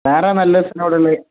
വേറെ നല്ല സ്ഥലം എവിടെയാണ് ഉള്ളത്